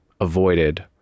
avoided